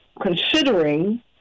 Considering